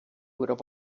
would